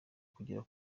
kugera